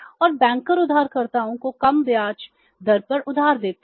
और बैंकर उधारकर्ताओं को कम ब्याज दर पर उधार देते हैं